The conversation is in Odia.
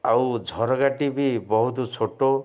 ଆଉ ଝରକାଟି ବି ବହୁତ ଛୋଟ